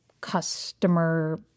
customer